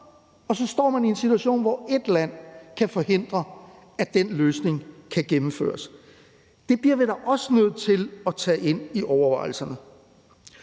man så står i en situation, hvor ét land kan forhindre, at den løsning kan gennemføres. Det bliver vi da også nødt til at tage med ind i overvejelserne.